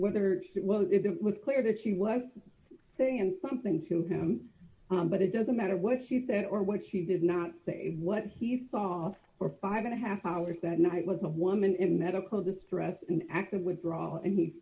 weather well it was clear that she was saying and something to him but it doesn't matter what she said or what she did not say what he saw for five and a half hours that night was a woman in medical distress an act of withdrawal and he